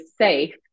safe